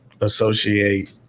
associate